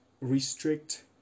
restrict